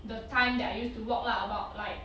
the time that I used to walk lah about like